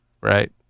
right